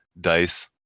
dice